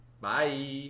Bye